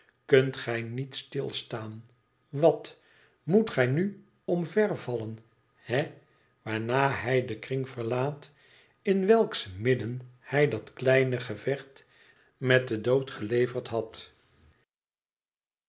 kunt gij niet stilstaan wat moet gij nu omvervallen hé i waarna hij den kring verlaat in welks midden hij dat kleine gevecht met den dood geleverd had